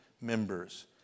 members